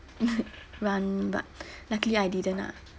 rani but luckily I didn't ah